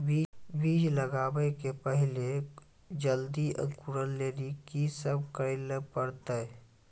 बीज लगावे के पहिले जल्दी अंकुरण लेली की सब करे ले परतै?